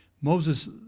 Moses